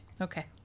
Okay